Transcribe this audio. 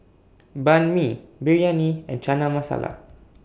Banh MI Biryani and Chana Masala